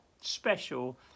special